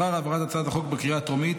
אחר העברת הצעת החוק בקריאה הטרומית,